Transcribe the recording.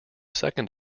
second